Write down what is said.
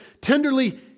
tenderly